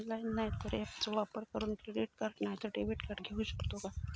Online नाय तर ऍपचो वापर करून आम्ही क्रेडिट नाय तर डेबिट कार्ड घेऊ शकतो का?